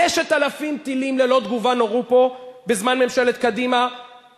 5,000 טילים ללא תגובה נורו פה בזמן ממשלת קדימה,